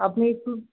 আপনি একটু